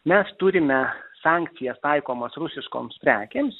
mes turime sankcijas taikomas rusiškoms prekėms